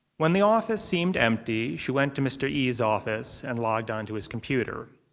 when the office seemed empty, she went to mr. yi's office and logged on to his computer.